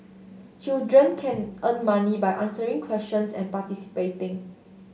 children can earn money by answering questions and participating